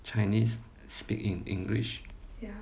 chinese speak in english